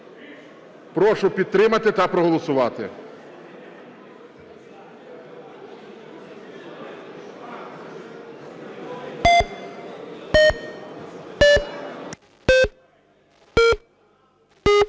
Прошу підтримати та проголосувати.